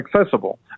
accessible